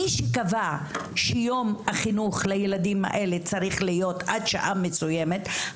מי שקבע שיום החינוך לילדים האלה צריך להיות עד שעה מסוימת,